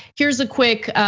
here's a quick,